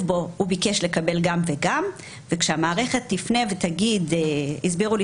בו: הוא ביקש לקבל גם וגם וכשהמערכת תפנה ותגיד הסבירו לי